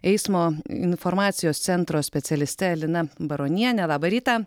eismo informacijos centro specialiste lina baroniene labą rytą